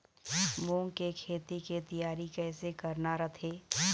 मूंग के खेती के तियारी कइसे करना रथे?